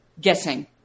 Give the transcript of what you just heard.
guessing